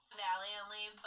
valiantly